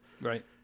Right